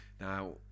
now